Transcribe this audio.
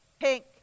Pink